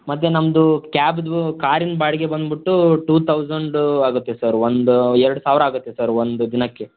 ಮತ್ತು ನಮ್ಮದು ಕ್ಯಾಬ್ದು ಕಾರಿನ ಬಾಡಿಗೆ ಬಂದ್ಬಿಟ್ಟು ಟೂ ತೌಸಂಡು ಆಗುತ್ತೆ ಸರ್ ಒಂದು ಎರಡು ಸಾವಿರ ಆಗುತ್ತೆ ಸರ್ ಒಂದು ದಿನಕ್ಕೆ